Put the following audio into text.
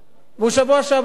והוא היה שם